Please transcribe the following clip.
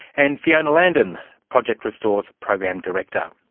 and fiona landon, project restore's program director.